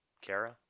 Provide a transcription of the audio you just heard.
Kara